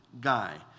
guy